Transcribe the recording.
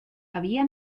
había